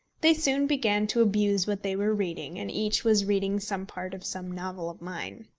they soon began to abuse what they were reading, and each was reading some part of some novel of mine.